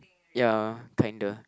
ya kinda